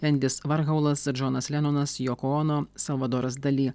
endis varchaulas džonas lenonas joko ono salvadoras dali